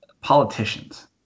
politicians